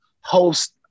host